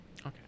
Okay